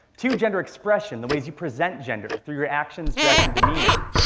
two, gender expression, the ways you present gender through your actions, dress, and demeanor.